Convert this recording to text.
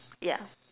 yeah